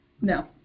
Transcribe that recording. No